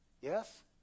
Yes